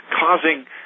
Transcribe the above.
causing